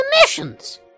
emissions